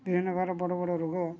ବିଭିନ୍ନ ପ୍ରକାର ବଡ଼ ବଡ଼ ରୋଗ